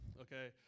okay